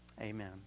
amen